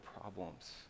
problems